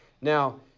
Now